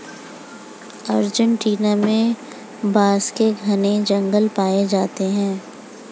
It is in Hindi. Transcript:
अर्जेंटीना में बांस के घने जंगल पाए जाते हैं